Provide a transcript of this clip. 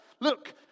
Look